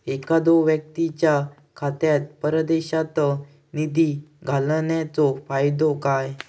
एखादो व्यक्तीच्या खात्यात परदेशात निधी घालन्याचो फायदो काय?